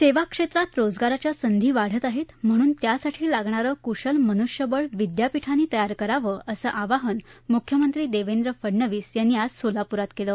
सेवा क्षेत्रात रोजगाराच्या संधी वाढत आहेत म्हणून त्यासाठी लागणारं कुशल मनुष्यबळ विद्यापीठांनी तयार करावं असं आवाहन मुख्यमंत्री देवेंद्र फडनवीस यांनी आज सोलाप्रात केलं